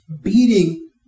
beating